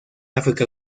áfrica